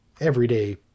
everyday